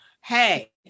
hey